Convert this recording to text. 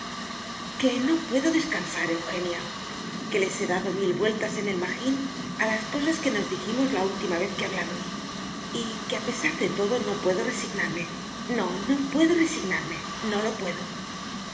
que no puedo descansar eugenia que les he dado mil vueltas en el magín a las cosas que nos dijimos la última vez que hablamos y que a pesar de todo no puedo resignarme no no puedo resignarme no lo puedo